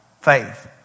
faith